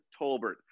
Tolbert